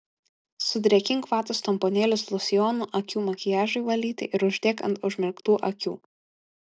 sudrėkink vatos tamponėlius losjonu akių makiažui valyti ir uždėk ant užmerktų akių